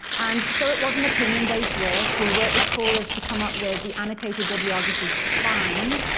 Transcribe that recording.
and so it was an opinion-based work. we worked with corliss to come up with the annotated bibliography spine,